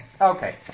Okay